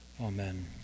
Amen